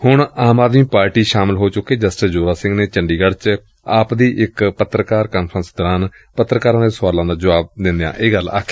ਹੁਣ ਆਮ ਆਦਮੀ ਪਾਰਟੀ ਚ ਸ਼ਾਮਲ ਹੋ ਚੁੱਕੇ ਜਸਟਿਸ ਜ਼ੋਰਾ ਸਿੰਘ ਅੱਜ ਚੰਡੀਗੜ੍ਹ ਚ ਆਪ ਦੀ ਇਕ ਪੱਤਰਕਾਰ ਕਾਨਫਰੰਸ ਦੌਰਾਨ ਪੱਤਰਕਾਰਾਂ ਦੇ ਸੁਆਲਾਂ ਦੇ ਜੁਆਬ ਦੇ ਰਹੇ ਸਨ